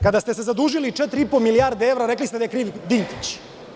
Kada ste se zadužili četiri i po milijarde evra, rekli ste da je kriv Dinkić.